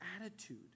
attitude